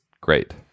great